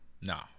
No